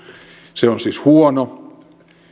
se on siis huono